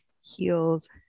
Heels